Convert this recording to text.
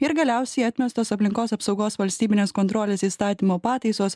ir galiausiai atmestos aplinkos apsaugos valstybinės kontrolės įstatymo pataisos